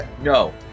no